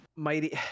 mighty